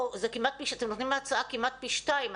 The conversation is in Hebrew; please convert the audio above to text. אתם נותנים הערכה כמעט פי שניים.